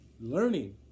learning